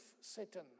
Satan